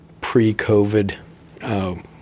pre-COVID